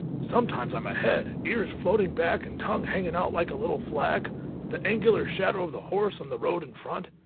sometimes i'm ahead, ears floating back and tongue hanging out like a little flag the angular shadow of the horse on the road in front.